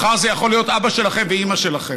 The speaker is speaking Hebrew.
מחר זה יכול להיות אבא שלכם ואימא שלכם.